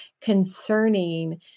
concerning